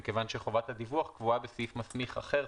מכיוון שחובת הדיווח קבועה בסעיף מסמיך אחר,